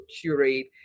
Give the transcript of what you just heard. curate